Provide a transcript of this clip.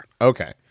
Okay